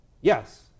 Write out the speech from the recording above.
Yes